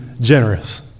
generous